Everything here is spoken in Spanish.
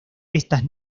estas